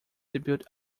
debut